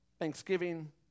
Thanksgiving